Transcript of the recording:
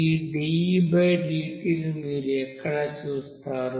ఈ dEdt ను మీరు ఎక్కడ చూస్తారు